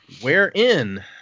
Wherein